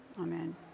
Amen